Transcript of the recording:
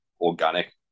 organic